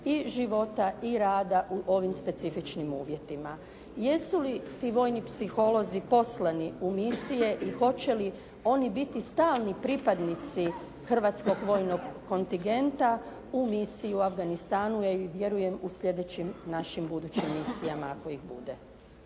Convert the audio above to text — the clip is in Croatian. i života i rada u ovim specifičnim uvjetima. Jesu li ti vojni psiholozi poslani u misije i hoće li oni biti stalni pripadnici hrvatskog vojnog kontingenta u misiji u Afganistanu, ja vjerujem u sljedećim našim budućim misijama ako ih bude?